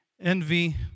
envy